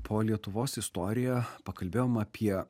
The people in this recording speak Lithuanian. po lietuvos istoriją pakalbėjom apie